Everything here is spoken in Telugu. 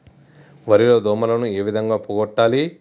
వరి లో దోమలని ఏ విధంగా పోగొట్టాలి?